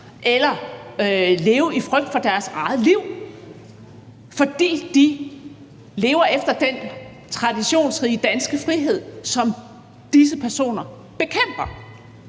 skal leve i frygt for deres eget liv, fordi de lever efter den traditionsrige danske frihed, som disse personer bekæmper.